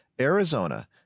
Arizona